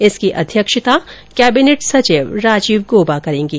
इसकी अध्यक्षता केबिनेट सचिव राजीव गोबा करेंगे